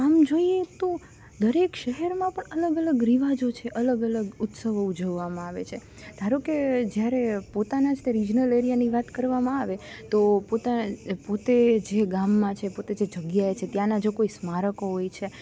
આમ જોઈએ તો દરેક શહેરમાં પણ અલગ અલગ રિવાજો છે અલગ અલગ ઉત્સવો ઉજવવામાં આવે છે ધારો કે જ્યારે પોતાના જ તે રિજીનલ એરિયાની વાત કરવામાં આવે તો પોતા પોતે જે ગામમાં છે પોતે જે જગ્યાએ છે ત્યાંના જો કોઈ સ્મારકો હોય છે